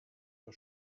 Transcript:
for